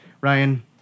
Ryan